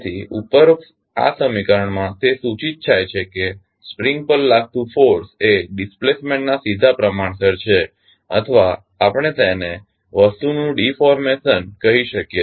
તેથી ઉપરોક્ત આ સમીકરણમાં તે સૂચિત થાય છે કે સ્પ્રિંગ પર લાગતું ફોર્સ એ ડિસ્પ્લેસમેન્ટના સીધા પ્રમાણસર છે અથવા આપણે તેને વસ્તુનું ડીફોર્મેશન કહી શકીએ